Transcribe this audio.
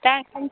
दा ओंखाम